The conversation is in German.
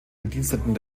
bediensteten